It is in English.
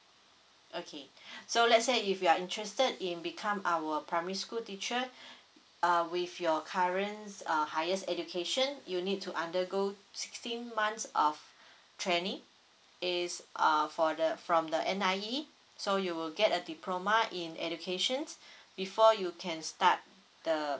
okay so let's say if you are interested in become our primary school teacher uh with your currents err highest education you need to undergo sixteen months of training is ah for the from the N_I_E so you will get a diploma in educations before you can start the